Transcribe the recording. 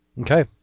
Okay